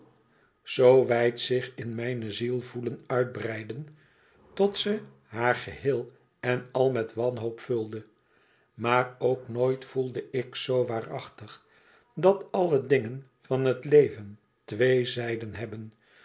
zoo wijd zich in mijne ziel voelen uitbreiden tot ze haar geheel en al met wanhoop voelde maar ook nooit voelde ik zo waarachtig dat alle dingen van het leven twee zijden hebben